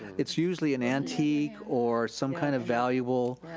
it's usually an antique or some kind of valuable